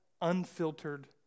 unfiltered